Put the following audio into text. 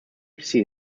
see